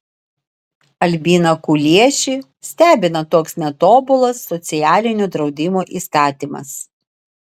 albiną kuliešį stebina toks netobulas socialinio draudimo įstatymas